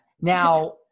Now